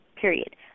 period